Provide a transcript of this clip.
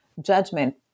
judgment